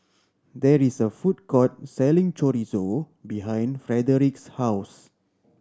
there is a food court selling Chorizo behind Frederic's house